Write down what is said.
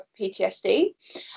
PTSD